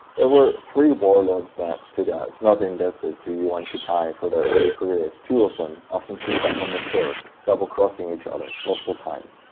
there were three warlords that stood out. not indebted to yuan shikai for their early careers, two of them often teamed up on the third, double crossing each-other multiple times.